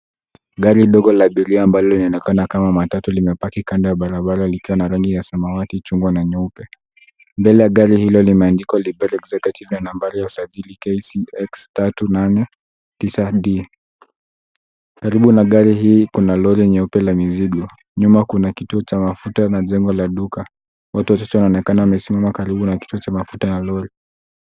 Gari ndogo la abiria ambalo linaonekana kama matatu limepaki kando ya barabara likiwa na rangi ya samawati, chungwa na nyeupe. Mbele ya gari hilo limeandikwa lipe executive ya nambari ya usajili KCX 389D. Karibu na gari hii kuna lori nyeupe la mizigo. Nyuma kuna kituo cha mafuta n jengo la duka. Watu wachache wanaonekana wamesimama karibu na kituo cha mafuta na lori.